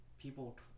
people